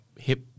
Hip